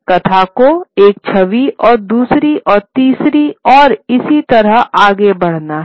कथा को एक छवि से दूसरी और तीसरी और इसी तरह आगे बढ़ना है